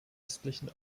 östlichen